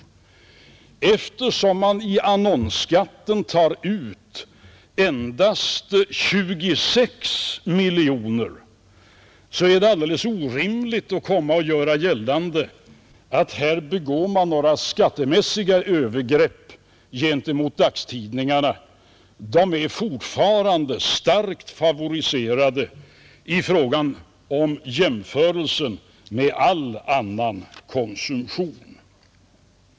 Eftersom man i annonsskatt tar ut endast 26 miljoner kronor är det alldeles orimligt att göra gällande att man här begår skattemässiga övergrepp mot dagstidningarna — de är fortfarande starkt favoriserade vid en jämförelse med all annan konsumtion.